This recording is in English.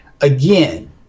again